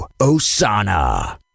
Osana